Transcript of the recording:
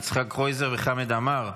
יצחק קרויזר וחמד עמאר.